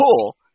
cool